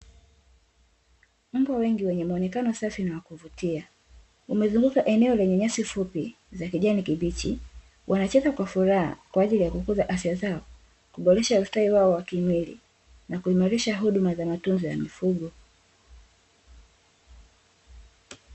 Mbwa wengi wenye muonekano safi na wakuvutia, wamezunguka eneo lenye nyasi fupi za kijani kibichi, wanacheza kwa furaha kwaajili ya kukuza afya zao, kuboresha ustawi wao wa kimwili na kuimarisha huduma za matunzo ya mifugo.